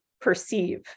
perceive